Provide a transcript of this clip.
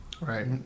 Right